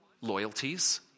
loyalties